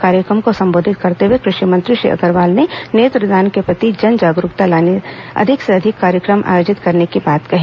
कार्यक्रम को संबोधित करते हुए कृषि मंत्री श्री अग्रवाल ने नेत्रदान के प्रति जन जागरूकता लाने अधिक से अधिक कार्यक्रम आयोजित करने की बात कही